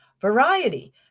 variety